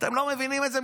אתם לא מבינים את זה?